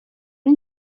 ari